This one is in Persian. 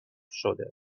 شده